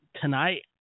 tonight